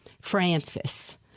Francis